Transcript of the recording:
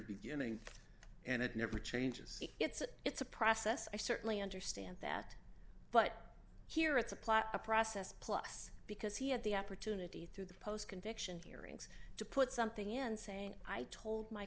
beginning and it never changes it's a it's a process i certainly understand that but here it's a plot a process plus because he had the opportunity through the post conviction hearings to put something in saying i told my